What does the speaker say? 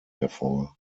hervor